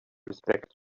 respect